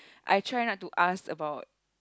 I try not to ask about